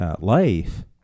life